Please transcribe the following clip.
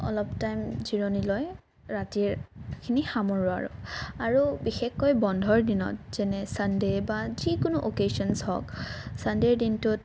অলপ টাইম জিৰণি লৈ ৰাতিৰখিনি সামৰোঁ আৰু আৰু বিশেষকৈ বন্ধৰ দিনত যেনে ছানডে' বা যিকোনো অকেজন্ছ হওক ছানডে'ৰ দিনটোত